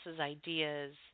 ideas